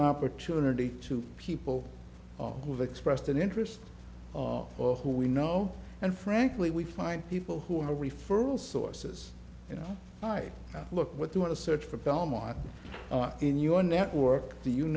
opportunity to people who have expressed an interest or who we know and frankly we find people who are referral sources you know right now look what they want to search for belmont in your network